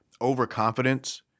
overconfidence